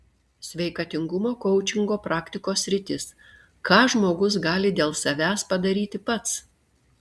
sveikatingumo koučingo praktikos sritis ką žmogus gali dėl savęs padaryti pats